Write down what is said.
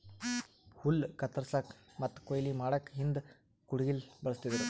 ಹುಲ್ಲ್ ಕತ್ತರಸಕ್ಕ್ ಮತ್ತ್ ಕೊಯ್ಲಿ ಮಾಡಕ್ಕ್ ಹಿಂದ್ ಕುಡ್ಗಿಲ್ ಬಳಸ್ತಿದ್ರು